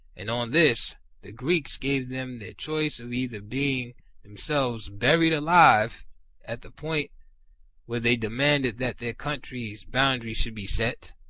and on this the greeks gave them their choice of either being themselves buried alive at the point where they de manded that their country's boundary should be set,